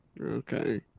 Okay